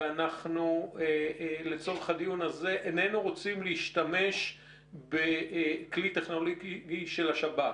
ואנחנו לצורך הדיון הזה איננו רוצים להשתמש בכלי טכנולוגי של השב"כ.